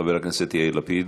חבר הכנסת יאיר לפיד,